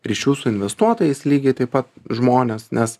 ryšių su investuotojais lygiai taip pat žmonės nes